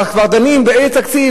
כבר דנים באיזה תקציב,